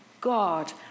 God